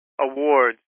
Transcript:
awards